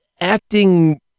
acting